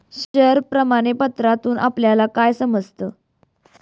Share प्रमाण पत्रातून आपल्याला काय समजतं?